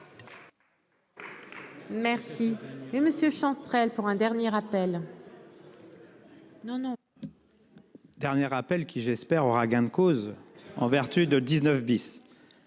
Merci monsieur Chantrel pour un dernier appel. Non, non. Dernière appel qui j'espère aura gain de cause en vertu de 19 bis.